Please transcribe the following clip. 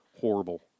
Horrible